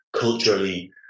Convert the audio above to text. culturally